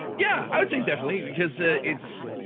yeah, i would say definitely because it's